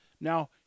Now